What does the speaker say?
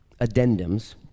addendums